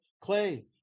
Clay